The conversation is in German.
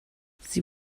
sie